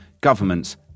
governments